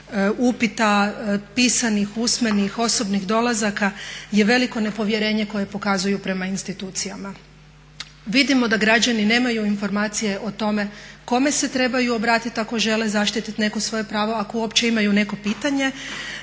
upita pisanih, usmenih, osobnih dolazaka je veliko nepovjerenje koje pokazuju prema institucijama. Vidimo da građani nemaju informacije o tome kome se trebaju obratiti ako želi zaštititi neko svoje pravo, ako uopće imaju neko pitanje,